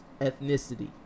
ethnicity